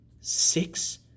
six